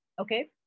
Okay